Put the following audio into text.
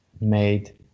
made